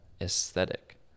aesthetic